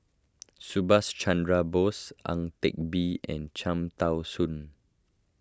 Subhas Chandra Bose Ang Teck Bee and Cham Tao Soon